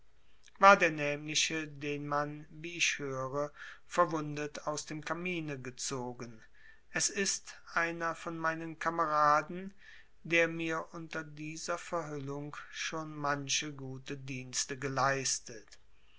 war der nämliche den man wie ich höre verwundet aus dem kamine gezogen es ist einer von meinen kameraden der mir unter dieser verhüllung schon manche gute dienste geleistet